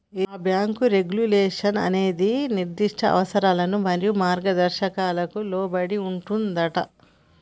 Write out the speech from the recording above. ఆ bank regulation అనేది నిర్దిష్ట అవసరాలు మరియు మార్గదర్శకాలకు లోబడి ఉంటుందంటా